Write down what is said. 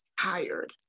tired